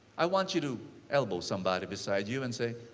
i want you to elbow somebody beside you and say,